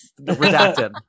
Redacted